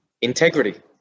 integrity